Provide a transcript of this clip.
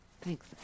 thanks